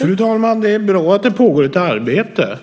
Fru talman! Det är bra att det pågår ett arbete